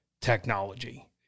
technology